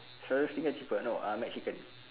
so Zinger cheaper no ah Mcchicken